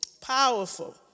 Powerful